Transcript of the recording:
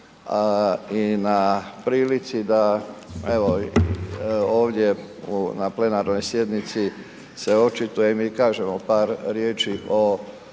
i na prilici da evo ovdje na plenarnoj sjednici se očitujem i kažemo par riječi o